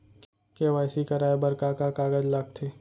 KYC कराये बर का का कागज लागथे?